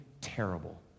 terrible